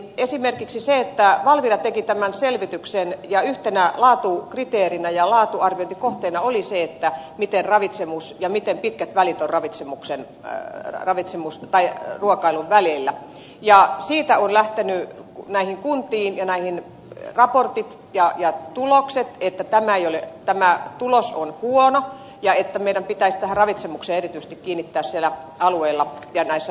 esimerkiksi siihen että valvira teki tämän selvityksen ja yhtenä laatukriteerinä ja laatuarviointikohteena oli se miten ravitsemus toteutuu ja miten pitkät välit ovat ruokailujen välillä ja siitä on lähtenyt näihin kuntiin raportit ja tulokset että tämä tulos on huono ja että meidän pitäisi tähän ravitsemukseen erityisesti kiinnittää niillä alueilla ja näissä organisaatioissa huomiota